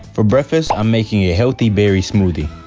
for breakfast, i'm making a healthy berry smoothie.